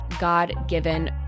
God-given